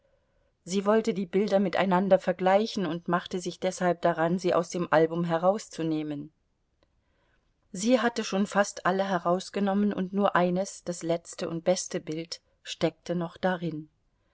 sie wollte die bilder miteinander vergleichen und machte sich deshalb daran sie aus dem album herauszunehmen sie hatte schon fast alle herausgenommen und nur eines das letzte und beste bild steckte noch darin